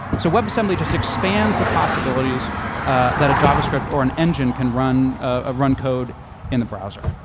so webassembly just expands the possibilities that a javascript or an engine can run ah run code in the browser.